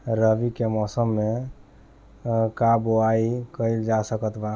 रवि के मौसम में का बोआई कईल जा सकत बा?